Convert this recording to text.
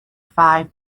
five